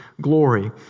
glory